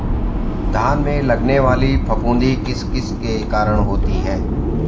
धान में लगने वाली फफूंदी किस किस के कारण होती है?